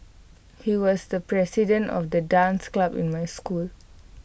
he was the president of the dance club in my school